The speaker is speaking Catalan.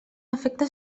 afecte